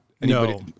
No